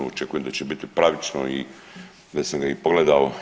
Očekujem da će biti pravično i već sam ga i pogledao.